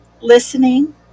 listening